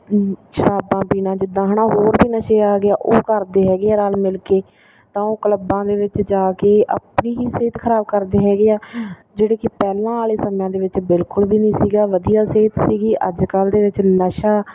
ਸ਼ਰਾਬਾਂ ਪੀਣਾ ਜਿੱਦਾਂ ਹੈ ਨਾ ਹੋਰ ਵੀ ਨਸ਼ੇ ਆ ਗਏ ਆ ਉਹ ਕਰਦੇ ਹੈਗੇ ਆ ਰਲ ਮਿਲ ਕੇ ਤਾਂ ਉਹ ਕਲੱਬਾਂ ਦੇ ਵਿੱਚ ਜਾ ਕੇ ਆਪਣੀ ਹੀ ਸਿਹਤ ਖਰਾਬ ਕਰਦੇ ਹੈਗੇ ਆ ਜਿਹੜੇ ਕਿ ਪਹਿਲਾਂ ਵਾਲੇ ਸਮਿਆਂ ਦੇ ਵਿੱਚ ਬਿਲਕੁਲ ਵੀ ਨਹੀਂ ਸੀਗਾ ਵਧੀਆ ਸਿਹਤ ਸੀਗਾ ਅੱਜ ਕੱਲ੍ਹ ਦੇ ਵਿੱਚ ਨਸ਼ਾ